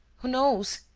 who knows?